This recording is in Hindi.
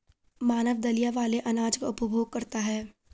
मानव दलिया वाले अनाज का उपभोग करता है